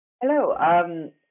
Hello